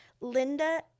Linda